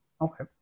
Okay